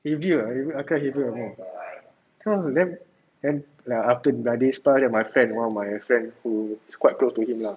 heavier ah I cry heavier more then like after dah habis then my friend one of my friend who is quite close to him lah